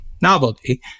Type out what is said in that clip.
Novelty